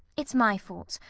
it's my fault.